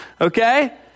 Okay